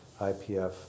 IPF